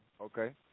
okay